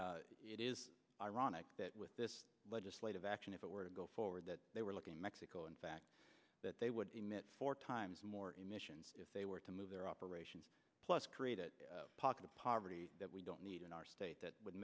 said it is ironic that with this legislative action if it were to go forward that they were looking mexico in fact that they would emit four times more emissions if they were to move their operations plus create a pocket of poverty that we don't need in our state that would